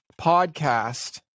podcast